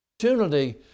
opportunity